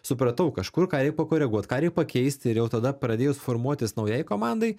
supratau kažkur ką reik pakoreguot ką reik pakeisti ir jau tada pradėjus formuotis naujai komandai